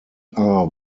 are